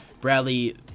Bradley